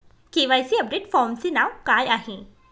KYC update फॉर्मचे नाव काय आहे?